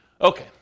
Okay